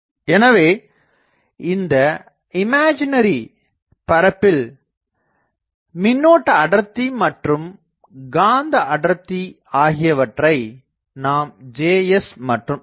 எனவே இந்த இமேஜணரி பரப்பில் மின்னோட்ட அடர்த்தி மற்றும் காந்த அடர்த்தி ஆகியவற்றை நாம் Js மற்றும் Ms